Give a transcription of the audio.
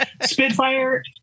Spitfire